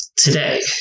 today